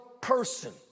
person